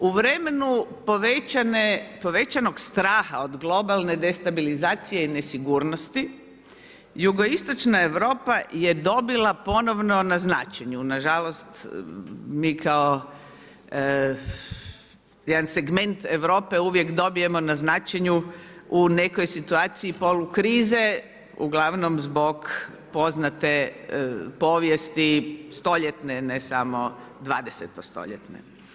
U vremenu povećanog straha od globalne destabilizacije i nesigurnosti, jugoistočna Europa je dobila ponovno na značenju, nažalost mi kao jedan segment Europe uvijek dobijemo na značenju u nekoj situaciji polu krize uglavnom zbog poznate povijesti, stoljetne ne samo dvadesetostoljetne.